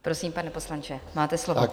Prosím, pane poslanče, máte slovo.